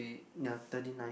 ya thirty nine